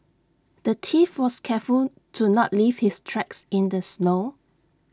the thief was careful to not leave his tracks in the snow